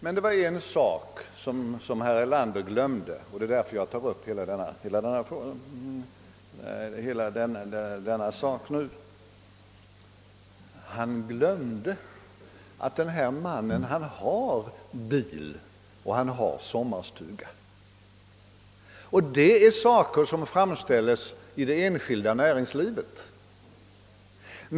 Men herr Erlander glömde en sak, och det är det som gör att jag nu tar upp hela denna fråga. Han glömde att mannen i fråga faktiskt har bil och sommarstuga, d.v.s. produkter som framställs av det enskilda näringslivet.